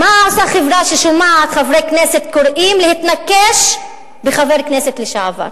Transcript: מה עושה חברה ששומעת חברי כנסת קוראים להתנקש בחיי חבר כנסת לשעבר?